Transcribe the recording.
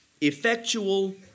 effectual